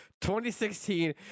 2016